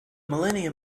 millennium